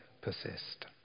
persist